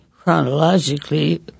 chronologically